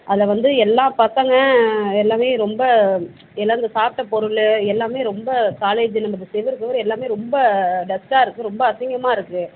அதில் வந்து எல்லா பசங்க எல்லாமே ரொம்ப எல்லா இந்த சாப்பிட்ட பொருள் எல்லாமே ரொம்ப காலேஜில் இருந்த செவுரு பூரா எல்லாமே ரொம்ப டஸ்ட்டாக இருக்கு ரொம்ப அசிங்கமாக இருக்கு